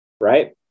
right